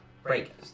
Break